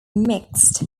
mixed